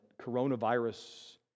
coronavirus